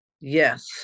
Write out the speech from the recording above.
yes